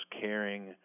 caring